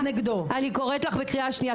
אני קוראת לך בקריאה שניה.